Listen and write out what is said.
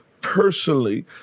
personally